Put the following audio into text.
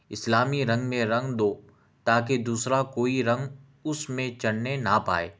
اسلامی رنگ میں رنگ دو تاکہ دوسرا کوئی رنگ اس میں چڑھنے نہ پائے